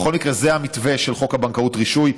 בכל מקרה, זה המתווה של חוק הבנקאות (רישוי).